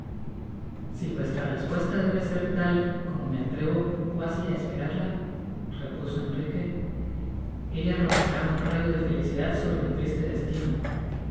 si vuestra respuesta debe ser tal como me atrevo cuasi á esperarla repuso enrique ella arrojará un rayo de felicidad sobre mi triste destino